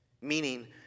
Meaning